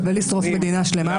על זה שווה לשרוף מדינה שלמה?